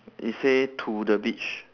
it say to the beach